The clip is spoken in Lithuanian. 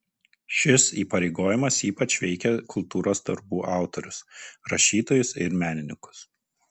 šis įpareigojimas ypač veikia kultūros darbų autorius rašytojus ir menininkus